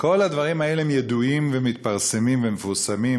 כל הדברים האלה ידועים ומתפרסמים ומפורסמים,